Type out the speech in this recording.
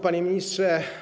Panie Ministrze!